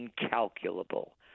incalculable